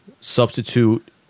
substitute